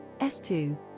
s2